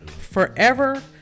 forever